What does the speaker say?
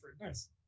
Nice